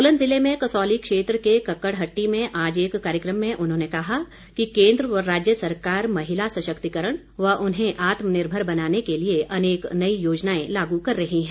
सोलन ज़िले में कसौली क्षेत्र के कक्कड़हट्टी में आज एक कार्यक्रम में उन्होंने कहा कि केन्द्र व राज्य सरकार महिला सशक्तिकरण व उन्हें आत्मनिर्भर बनाने के लिए अनेक नई योजनाएं लागू कर रही है